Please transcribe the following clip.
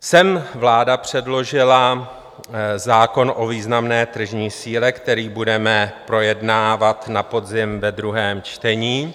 Sem vláda předložila zákon o významné tržní síle, který budeme projednávat na podzim ve druhém čtení.